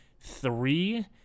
three